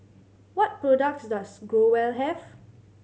what products does Growell have